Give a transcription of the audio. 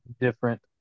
different